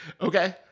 okay